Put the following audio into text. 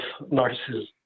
narcissism